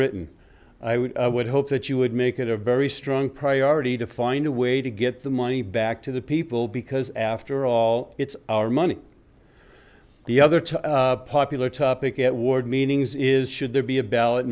written i would would hope that you would make it a very strong priority to find a way to get the money back to the people because after all it's our money the other to popular topic at ward meanings is should there be a ballot